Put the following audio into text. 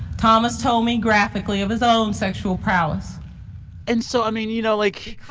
thomas told me graphically of his own sexual prowess and so i mean, you know, like,